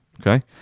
Okay